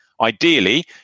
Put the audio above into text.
Ideally